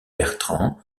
bertrand